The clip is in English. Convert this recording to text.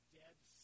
Dead